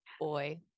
Boy